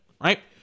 right